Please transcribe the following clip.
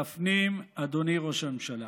תפנים, אדוני ראש הממשלה: